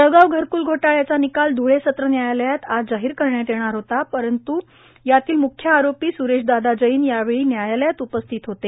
जळगाव घरक्ल घोटाळ्याचा निकाल ध्वळे सत्र न्यायालयात आज जाहीर करण्यात येणार होता यातील मुख्य आरोपी सुरेश दादा जैन यावेळी न्यायालयात उपस्थित होते